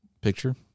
Picture